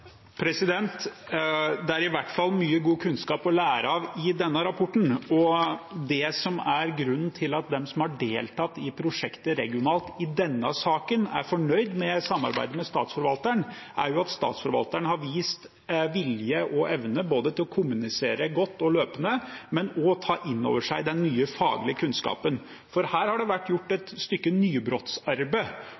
Det er i hvert fall mye god kunnskap å lære av i denne rapporten, og det som er grunnen til at de som har deltatt i prosjektet regionalt i denne saken, er fornøyd med samarbeidet med Statsforvalteren, er at Statsforvalteren har vist vilje og evne både til å kommunisere godt og løpende og til å ta inn over seg den nye faglige kunnskapen. Her har det vært gjort et